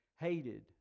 hated